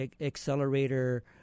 accelerator